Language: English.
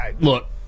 Look